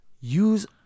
use